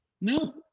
No